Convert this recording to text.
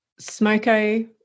Smoko